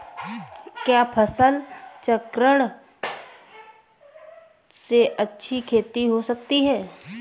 क्या फसल चक्रण से अच्छी खेती हो सकती है?